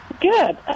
Good